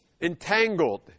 Entangled